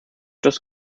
das